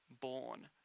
born